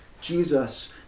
Jesus